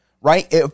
right